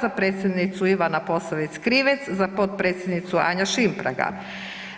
Za predsjednicu Ivana Posavec Krivec, za potpredsjednicu Anja Šimpraga,